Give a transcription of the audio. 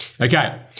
Okay